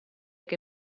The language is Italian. che